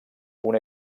una